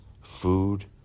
food